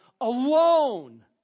alone